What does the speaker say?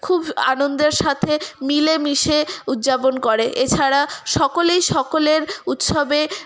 খুব আনন্দের সাথে মিলেমিশে উদযাপন করে এছাড়া সকলেই সকলের উৎসবে